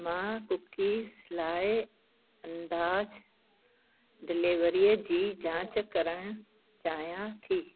मां कूकीज़ लाइ अंदाज़ डिलेवरीअ जी जांच करणु चाहियां थी